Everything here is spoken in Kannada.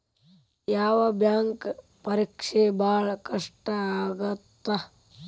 ಯಾವ್ ಬ್ಯಾಂಕ್ ಪರೇಕ್ಷೆ ಭಾಳ್ ಕಷ್ಟ ಆಗತ್ತಾ?